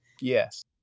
Yes